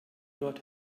dort